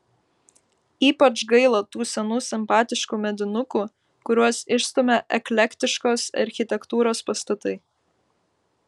ypač gaila tų senų simpatiškų medinukų kuriuos išstumia eklektiškos architektūros pastatai